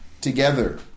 together